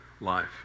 life